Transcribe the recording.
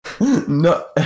No